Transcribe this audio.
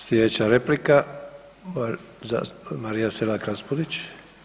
Slijedeća replika Marija Selak Raspudić.